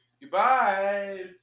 goodbye